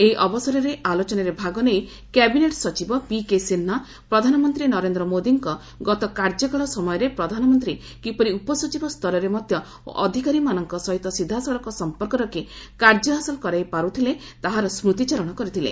ଏହି ଅବସରରେ ଆଲୋଚନାରେ ଭାଗ ନେଇ କ୍ୟାବିନେଟ୍ ସଚିବ ପିକେ ସିହ୍ରା ପ୍ରଧାନମନ୍ତ୍ରୀ ନରେନ୍ଦ୍ର ମୋଦିଙ୍କ ଗତ କାର୍ଯ୍ୟକାଳ ସମୟରେ ପ୍ରଧାନମନ୍ତ୍ରୀ କିପରି ଉପସଚିବ ସ୍ତରରେ ମଧ୍ୟ ଅଧିକାରୀମାନଙ୍କ ସହିତ ସିଧାସଳଖ ସଂପର୍କ ରଖି କାର୍ଯ୍ୟ ହାସଲ କରାଇ ପାରୁଥିଲେ ତାହାର ସ୍କତିଚାରଣ କରିଥିଲେ